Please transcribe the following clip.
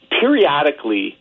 periodically